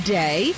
day